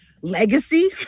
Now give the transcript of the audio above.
legacy